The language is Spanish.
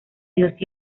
dios